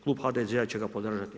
Klub HDZ-a će ga podržati.